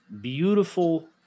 beautiful